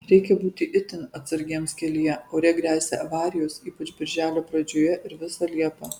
reikia būti itin atsargiems kelyje ore gresia avarijos ypač birželio pradžioje ir visą liepą